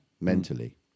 mentally